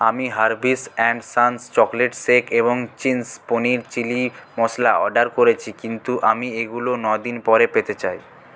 আমি Harvey's and sons chocolate shake এবং Ching's paneer chilli masala order করেছি কিন্তু আমি এগুলো ন দিন পরে পেতে চাই